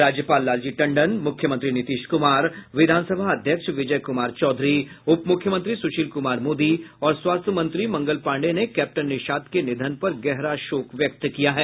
राज्यपाल लालजी टंडन मुख्यमंत्री नीतीश कुमार विधानसभा अध्यक्ष विजय कुमार चौधरी उप मुख्यमंत्री सुशील कुमार मोदी और स्वास्थ्य मंत्री मंगल पांडेय ने कैप्टन निषाद के निधन पर गहरा शोक व्यक्त किया है